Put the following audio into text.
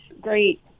great